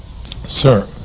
Sir